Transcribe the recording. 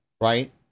right